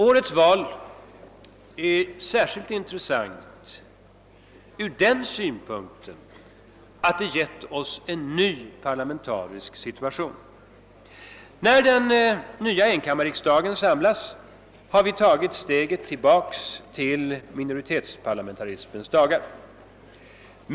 Årets val är särskilt intressant från den synpunkten att det gett oss en ny parlamentarisk situation. När den nya enkammarriksdagen samlas har vi tagit steget tillbaka till minoritetsparlamentarismen.